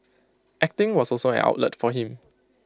acting was also an outlet for him